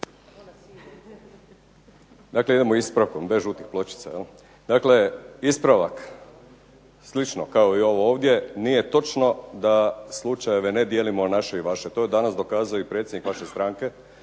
Dakle ispravkom bez žutih pločica. Dakle, ispravak slično kao i ovo ovdje nije točno da slučajeve dijelimo na vaše i naše. To je danas dokazao i predsjednik vaše stranke